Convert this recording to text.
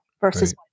versus